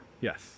Yes